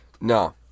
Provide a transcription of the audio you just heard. No